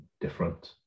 different